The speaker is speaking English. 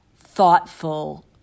thoughtful